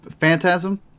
Phantasm